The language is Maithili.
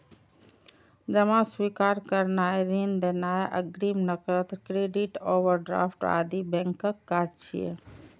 जमा स्वीकार करनाय, ऋण देनाय, अग्रिम, नकद, क्रेडिट, ओवरड्राफ्ट आदि बैंकक काज छियै